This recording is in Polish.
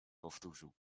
powtórzył